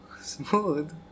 Smooth